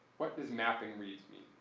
what does mapping reads mean?